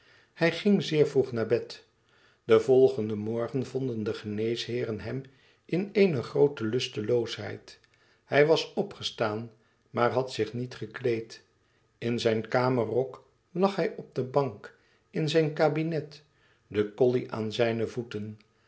hij ging zeer vroeg naar bed den volgenden morgen vonden de geneesheeren hem in eene groote lusteloosheid hij was opgestaan maar had zich niet gekleed in zijn kamerrok lag hij op de bank in zijn kabinet de colley aan zijne voeten